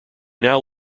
now